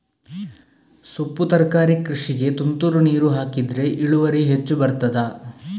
ಸೊಪ್ಪು ತರಕಾರಿ ಕೃಷಿಗೆ ತುಂತುರು ನೀರು ಹಾಕಿದ್ರೆ ಇಳುವರಿ ಹೆಚ್ಚು ಬರ್ತದ?